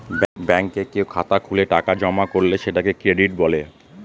ব্যাঙ্কে কেউ খাতা খুলে টাকা জমা করলে সেটাকে ক্রেডিট বলে